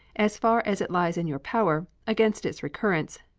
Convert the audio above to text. as far as it lies in your power, against its recurrence,